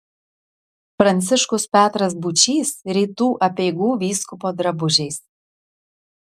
pranciškus petras būčys rytų apeigų vyskupo drabužiais